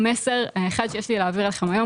המסר האחד שיש לי להעביר לכם היום,